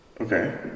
Okay